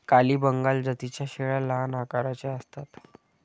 काली बंगाल जातीच्या शेळ्या लहान आकाराच्या असतात